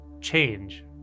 change